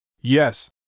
Yes